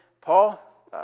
Paul